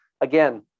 again